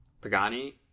Pagani